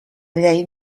llei